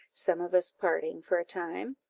some of us parting for a time,